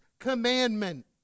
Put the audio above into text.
Commandment